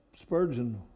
Spurgeon